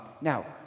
Now